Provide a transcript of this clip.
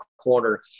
corner